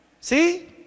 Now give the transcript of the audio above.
See